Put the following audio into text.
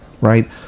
Right